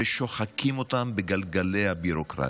ושוחקים אותם בגלגלי הביורוקרטיה.